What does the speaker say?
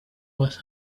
was